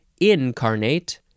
incarnate